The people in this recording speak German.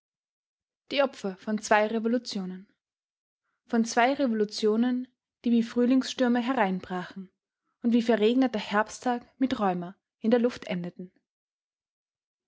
die opfer von zwei revolutionen von zwei revolutionen die wie frühlingsstürme hereinbrachen und wie verregneter herbsttag mit rheuma in der luft endeten